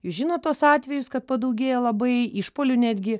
žinot tuos atvejus kad padaugėjo labai išpuolių netgi